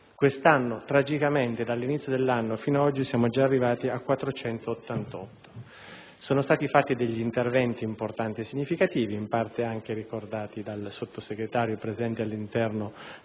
quest'anno, tragicamente, dall'inizio fino ad oggi siamo già arrivati a 488. Sono stati realizzati interventi importanti e significativi, in parte ricordati anche dal Sottosegretario e presenti all'interno